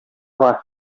ага